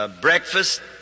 breakfast